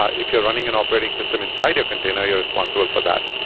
ah if you're running an operating system inside your container, you're responsible for that.